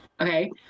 Okay